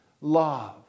love